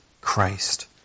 Christ